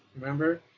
remember